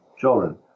children